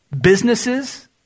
businesses